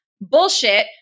bullshit